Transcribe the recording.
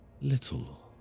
little